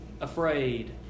afraid